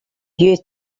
you